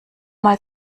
mal